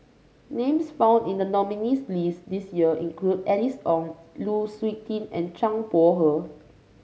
names found in the nominees' list this year include Alice Ong Lu Suitin and Zhang Bohe